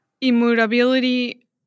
Immutability